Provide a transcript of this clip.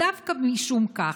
דווקא משום כך,